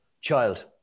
child